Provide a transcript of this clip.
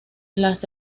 las